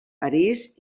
parís